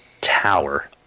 Tower